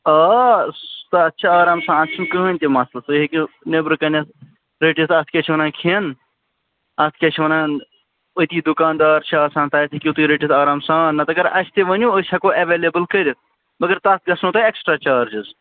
آ تَتھ چھِ آرام سان اَتھ چھُنہٕ کٕہٕنۍ تہِ مَسلہٕ تُہۍ ہیٚکِو نیٚبرٕ کَنٮ۪تھ رٔٹِتھ اَتھ کیٛاہ چھِ وَنان کھٮ۪ن اَتھ کیٛاہ چھِ وَنان أتی دُکانٛدار چھِ آسان تتہِ ہیٚکِو تُہۍ رٔٹِتھ آرام سان نَتہٕ اَگر اَسہِ تہِ ؤنِو أسۍ ہٮ۪کو ایٚویلیبُل کٔرِتھ مگر تَتھ گژھنو تۄہہِ ایکسٹرا چارجِز